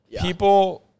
People